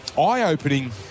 eye-opening